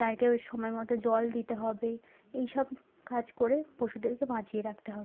তাদেরকে সময়মতো জল দিতে হবে এই সব কাজ করে পশুদেরকে বাঁচিয়ে রাখতে হবে